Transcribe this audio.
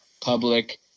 public